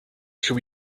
should